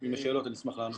אם יש שאלות, אשמח לענות.